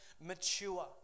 mature